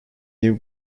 new